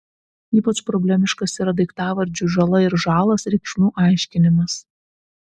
ypač problemiškas yra daiktavardžių žala ir žalas reikšmių aiškinimas